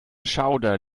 schauder